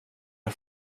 har